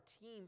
team